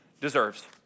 deserves